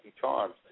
Charms